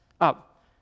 up